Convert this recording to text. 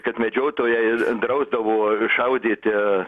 kad medžiotojai drausdavo šaudyti